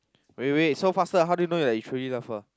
wait wait so faster how do you know that you truly love her